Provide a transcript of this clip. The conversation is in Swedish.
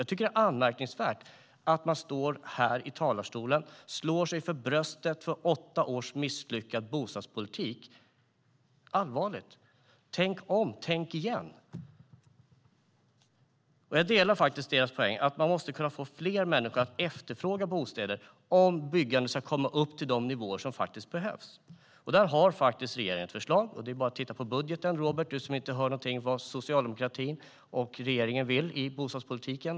Det är anmärkningsvärt att alliansledamöter står här i talarstolen och slår sig för bröstet för åtta års misslyckad bostadspolitik. Allvarligt talat - tänk om, tänk igen! Jag håller med om rapportens poäng att man måste få fler människor att efterfråga bostäder för att byggandet ska komma upp till de nivåer som behövs. Där har regeringen ett förslag. Det är bara att titta på budgeten, Robert Hannah - du som inte hör vad regeringen och socialdemokratin vill i bostadspolitiken.